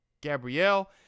Gabrielle